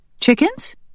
Chickens